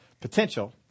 potential